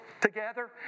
together